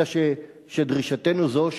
אלא שדרישתנו זו,